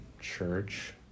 church